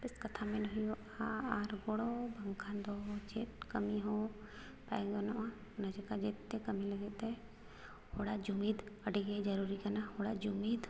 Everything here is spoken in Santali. ᱵᱮᱥ ᱠᱟᱛᱷᱟ ᱢᱮᱱ ᱦᱩᱭᱩᱜᱼᱟ ᱟᱨ ᱜᱚᱲᱚ ᱵᱟᱝᱠᱷᱟᱱ ᱫᱚ ᱪᱮᱫ ᱠᱟᱹᱢᱤᱦᱚᱸ ᱵᱟᱭ ᱜᱟᱱᱚᱜᱼᱟ ᱚᱱᱟ ᱪᱤᱠᱟᱹ ᱡᱮᱫᱛᱮ ᱠᱟᱹᱢᱤ ᱞᱟᱹᱜᱤᱫᱛᱮ ᱦᱚᱲᱟᱜ ᱡᱩᱢᱤᱫ ᱟᱹᱰᱤᱜᱮ ᱡᱟᱹᱨᱩᱨᱤ ᱠᱟᱱᱟ ᱦᱚᱲᱟᱜ ᱡᱩᱢᱤᱫ